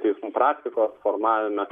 teismų praktikos formavime